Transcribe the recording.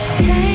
Take